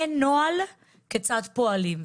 אין נוהל כיצד פועלים.